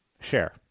share